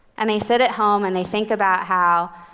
and they sit at home, and they think about how,